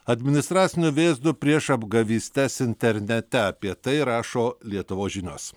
administraciniu vėzdu prieš apgavystes internete apie tai rašo lietuvos žinios